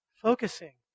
focusing